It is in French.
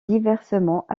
diversement